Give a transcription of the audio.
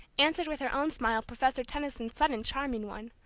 answered with her own smile professor tension's sudden charming one,